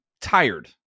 tired